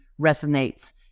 resonates